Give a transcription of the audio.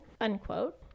unquote